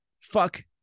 fuck